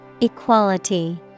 Equality